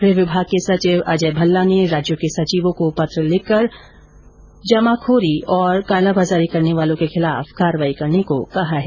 गृह विभाग के सचिव अजय भल्ला ने राज्यों के मुख्य सचिवों को पत्र लिखकर जमाखोरी और कालाबाजारी करने वालों के खिलाफ कार्यवाही करने को कहा है